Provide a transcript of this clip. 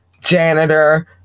janitor